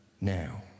now